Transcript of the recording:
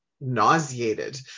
nauseated